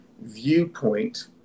viewpoint